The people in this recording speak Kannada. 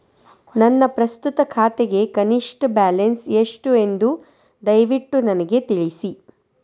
ನನ್ನ ಪ್ರಸ್ತುತ ಖಾತೆಗೆ ಕನಿಷ್ಟ ಬ್ಯಾಲೆನ್ಸ್ ಎಷ್ಟು ಎಂದು ದಯವಿಟ್ಟು ನನಗೆ ತಿಳಿಸಿ